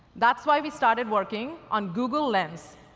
that's why we started working on google lens.